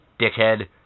dickhead